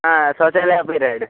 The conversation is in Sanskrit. ह शौचालयापि रेड्